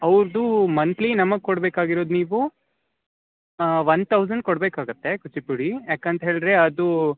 ಅವ್ರದ್ದೂ monthly ನಮಗೆ ಕೊಡಬೇಕಾಗಿರೋದು ನೀವು ಒನ್ ತೌಸಂಡ್ ಕೊಡಬೇಕಾಗತ್ತೆ ಕೂಚಿಪುಡಿ ಯಾಕಂತ ಹೇಳಿದ್ರೆ ಅದು